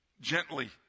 gently